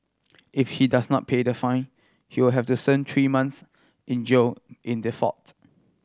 if he does not pay the fine he will have to three months in jail in default